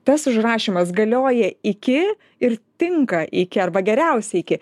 tas užrašymas galioja iki ir tinka iki arba geriausiai iki